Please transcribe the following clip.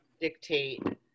dictate